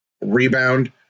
rebound